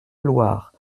loire